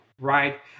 right